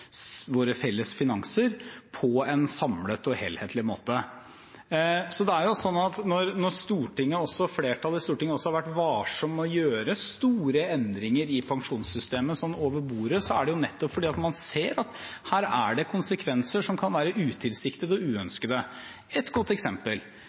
våre felles finanser, på en samlet og helhetlig måte. Så når flertallet i Stortinget har vært varsom med å gjøre store endringer i pensjonssystemet sånn over bordet, er det nettopp fordi man ser at her er det konsekvenser som kan være utilsiktede og